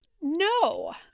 no